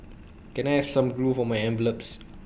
can I have some glue for my envelopes